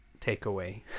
takeaway